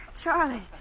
Charlie